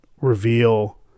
reveal